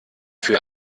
für